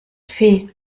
fee